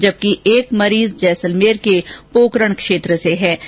जबकि एक मरीज जैसलमेर के पोकरण क्षेत्र में मिला